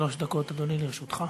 שלוש דקות, אדוני, לרשותך.